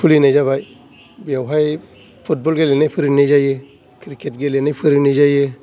खुलिनाय जाबाय बेवहाय फुटबल गेलेनाय फोरोंनाय जायो क्रिकेट गेलेनाय फोरोंनाय जायो